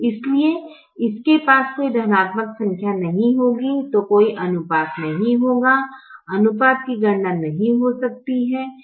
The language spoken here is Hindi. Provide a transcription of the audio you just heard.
इसलिए जब इसके पास कोई धनात्मक संख्या नहीं होगी तो कोई अनुपात नहीं होगा अनुपात की गणना नहीं हो सकती है